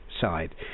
side